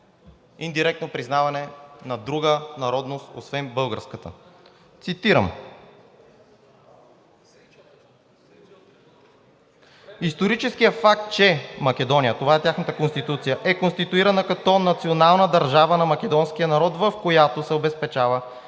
индиректно признаване на друга народност освен българската. Цитирам: „Историческият факт, че Македония – това е тяхната конституция – е конституирана като национална държава на македонския народ, в която се обезпечава